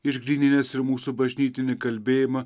išgryninęs ir mūsų bažnytinį kalbėjimą